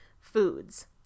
foods